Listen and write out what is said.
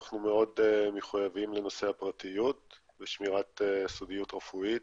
אנחנו מאוד מחויבים לנושא הפרטיות ושמירת סודיות רפואית.